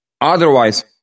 Otherwise